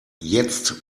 jetzt